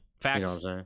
Facts